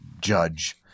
judge